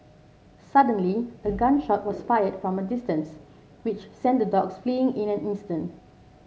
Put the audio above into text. suddenly a gun shot was fired from a distance which sent the dogs fleeing in an instant